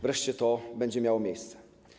Wreszcie to będzie miało miejsce.